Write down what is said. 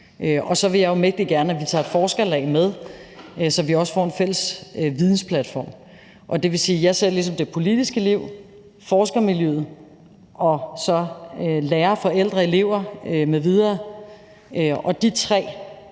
Og så vil jeg jo mægtig gerne, at vi tager et forskerlag med, så vi også får en fælles vidensplatform. Det vil sige, at jeg ser ligesom det politiske liv, forskermiljøet og så lærere, forældre og elever m.v., og de tre